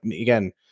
again